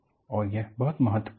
और यह बहुत महत्वपूर्ण है